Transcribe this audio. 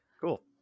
Cool